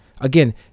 again